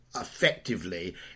effectively